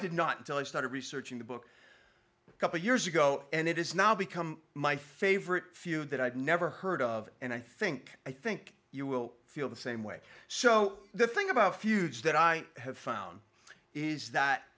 did not until i started researching the book a couple years ago and it is now become my favorite few that i've never heard of and i think i think you will feel the same way so the thing about feuds that i have found is that